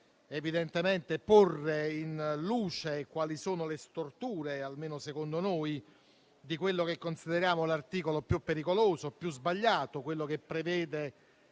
evidentemente di porre in luce quali sono le storture, almeno secondo noi, di quello che consideriamo l'articolo più pericoloso e sbagliato, quello che prevede